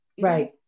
Right